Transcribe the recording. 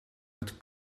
met